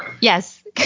Yes